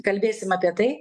kalbėsim apie tai